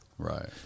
Right